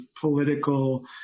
political